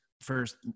first